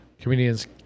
Comedians